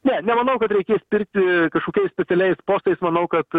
ne nemanau kad reikės pirkti kažkokiais specialiais postais manau kad